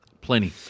Plenty